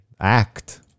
act